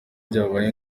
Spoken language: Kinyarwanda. byabaye